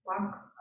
walk